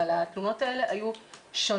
אבל התלונות האלה היו שונות.